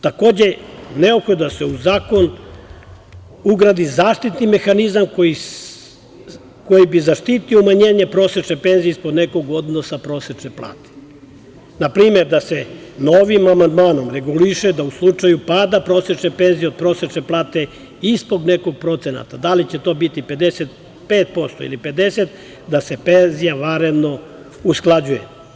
Takođe, neophodno je da se u zakon ugradi zaštitni mehanizam koji bi zaštitio umanjenje prosečne penzije ispod nekog odnosa prosečne plate, na primer, da se novim amandmanom reguliše da u slučaju pada prosečne penzije od prosečne plate ispod nekog procenta, da li će to biti 55% ili 50%, da se penzija vanredno usklađuje.